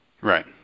Right